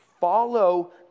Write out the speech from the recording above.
Follow